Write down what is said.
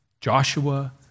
Joshua